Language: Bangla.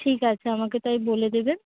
ঠিক আছে আমাকে তাই বলে দেবেন